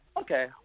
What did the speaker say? Okay